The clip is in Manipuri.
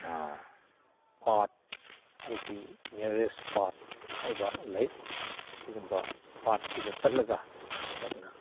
ꯄꯥꯠ ꯑꯩꯒꯤ ꯅꯤꯌꯥꯔꯦꯁ ꯄꯥꯠ ꯍꯥꯏꯕ ꯂꯩ ꯁꯤꯒꯨꯝꯕ ꯄꯥꯠꯁꯤꯗ ꯆꯠꯂꯒ ꯑꯩꯍꯥꯛꯅ